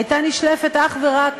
הייתה נשלפת אך ורק